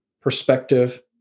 perspective